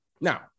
Now